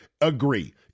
agree